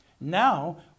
Now